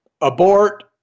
abort